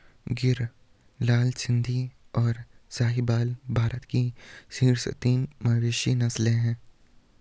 गिर, लाल सिंधी, और साहीवाल भारत की शीर्ष तीन मवेशी नस्लें हैं